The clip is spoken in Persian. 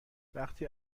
وقتی